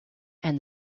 and